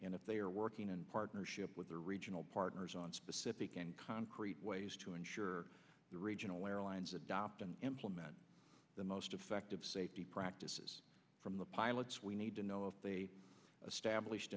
asap they are working in partnership with their regional partners on specific and concrete ways to ensure the regional airlines adopt and implement the most effective safety practices from the pilots we need to know if they stablished